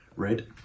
Red